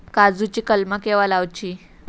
काजुची कलमा केव्हा लावची?